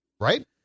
right